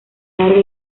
larga